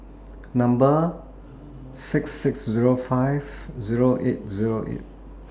Number six six Zero five Zero eight Zero eight